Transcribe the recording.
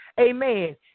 Amen